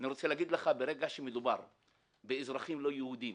אני רוצה להגיד לך שברגע שמדובר באזרחים לא יהודים